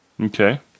Okay